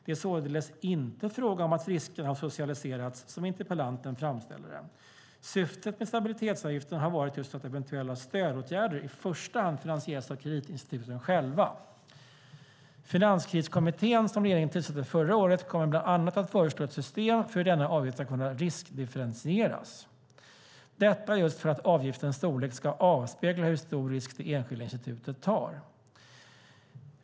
Det är således inte fråga om att riskerna har socialiserats, som interpellanten framställer det. Syftet med stabilitetsavgiften har varit just att eventuella stödåtgärder i första hand finansieras av kreditinstituten själva. Finanskriskommittén, som regeringen tillsatte förra året, kommer bland annat att föreslå ett system för hur denna avgift ska kunna riskdifferentieras. Detta är just för att avgiftens storlek ska avspegla hur stor risk det enskilda institutet tar.